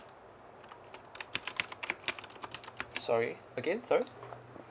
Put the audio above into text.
sorry again sorry